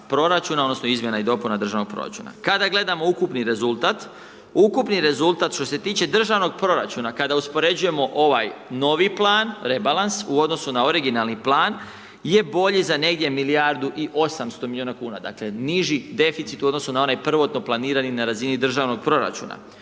proračuna odnosno izmjena i dopuna državnog proračuna. Kada gledamo ukupni rezultat, ukupni rezultat što se tiče državnog proračuna, kada uspoređujemo ovaj novi plan, rebalans, u odnosu na originalni plan, je bolji za negdje milijardu i 800 milijuna kuna. Dakle, niži deficit u odnosu na onaj prvotno planirani na razini državnog proračuna.